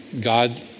God